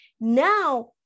Now